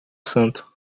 santo